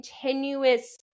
continuous